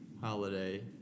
holiday